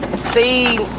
see